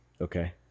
Okay